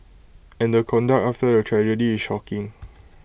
and the conduct after the tragedy is shocking